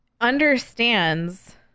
understands